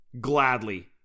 Gladly